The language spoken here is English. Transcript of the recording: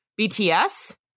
BTS